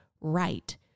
right